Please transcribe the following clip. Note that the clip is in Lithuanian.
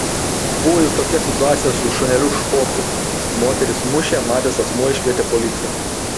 buvo juk tokia situacija su šuneliu špoku moteris mušė matęs asmuo iškvietė policiją